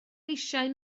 eisiau